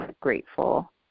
grateful